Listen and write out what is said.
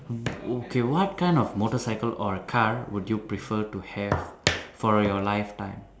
o~ okay what kind of motorcycle or a car would you prefer to have for your lifetime